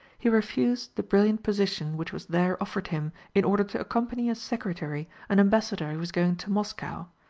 he refused the brilliant position which was there offered him in order to accompany as secretary, an ambassador who was going to moscow.